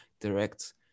direct